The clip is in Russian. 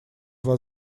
вас